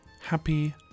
Happy